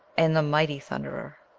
and the mighty thunderer.